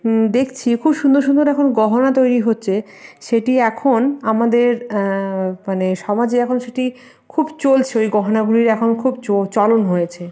দেখছি খুব সুন্দর সুন্দর এখন গহনা তৈরি হচ্ছে সেটি এখন আমাদের মানে সমাজে এখন সেটি খুব চলছে ওই গহনাগুলির এখন খুব চলন হয়েছে